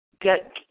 get